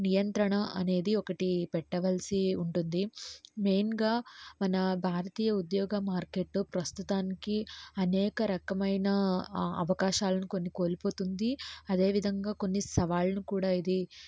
నియంత్రణ అనేది ఒకటి పెట్టవలసి ఉంటుంది మెయిన్గా మన భారతీయ ఉద్యోగ మార్కెట్ ప్రస్తుతానికి అనేక రకమైన అవకాశాలను కొన్ని కోల్పోతుంది అదే విధంగా కొన్ని సవాళ్ళను కూడా ఇది